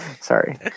Sorry